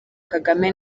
kagame